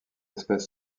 espèce